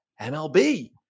MLB